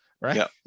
right